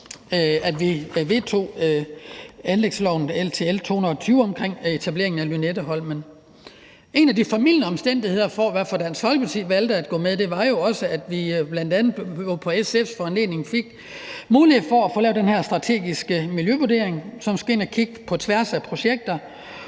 vi vedtog anlægsloven til L 220 vedrørende etablering af Lynetteholmen. En af de formildende omstændigheder, hvorfor Dansk Folkeparti valgte at gå med, var også, at vi bl.a. på SF's foranledning fik mulighed for at få lavet den her strategiske miljøvurdering, som skal ind og kigge på tværs af projekter